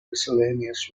miscellaneous